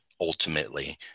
ultimately